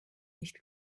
nicht